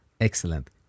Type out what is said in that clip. Excellent